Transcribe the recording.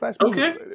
Okay